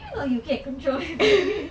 I know you can't control